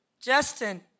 Justin